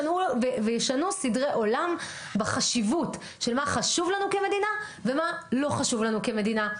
וישנו סדרי עולם בחשיבות של מה חשוב לנו כמדינה ומה לא חשוב לנו כמדינה.